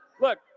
Look